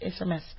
SMS